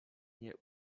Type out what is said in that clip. nie